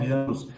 anos